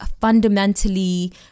fundamentally